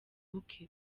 bukwe